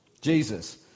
Jesus